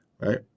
right